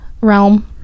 realm